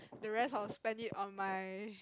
the rest I will spend it on my